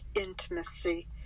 intimacy